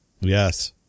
Yes